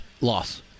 loss